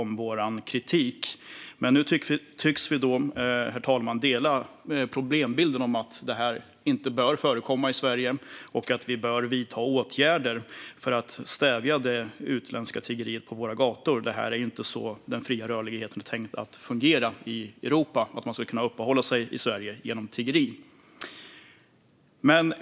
Men nu tycks vi alltså dela problembilden och uppfattningen att detta inte bör förekomma i Sverige och att vi bör vidta åtgärder för att stävja det utländska tiggeriet på våra gator. Det är inte på detta sätt den fria rörligheten är tänkt att fungera i Europa - att man ska kunna uppehålla sig i Sverige genom tiggeri.